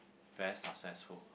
very successful